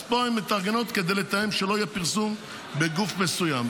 אז פה הן מתארגנות כדי לתאם שלא יהיה פרסום בגוף מסוים.